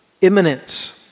imminence